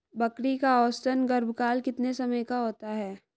बकरी का औसतन गर्भकाल कितने समय का होता है?